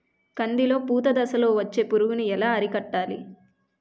కందిలో పూత దశలో వచ్చే పురుగును ఎలా అరికట్టాలి?